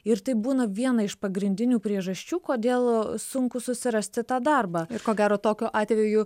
ir tai būna viena iš pagrindinių priežasčių kodėl sunku susirasti tą darbą ir ko gero tokiu atveju